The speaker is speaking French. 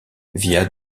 via